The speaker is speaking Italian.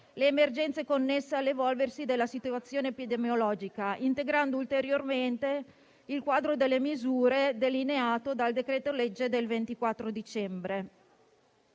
l'emergenza connessa all'evolversi della situazione epidemiologica, integrando ulteriormente il quadro delle misure delineato dal decreto-legge del 24 dicembre.